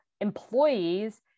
employees